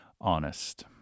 honest